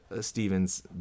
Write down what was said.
Stevens